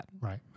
Right